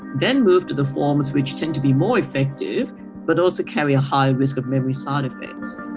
then move to the forms which tend to be more effective but also carry a higher risk of memory side-effects.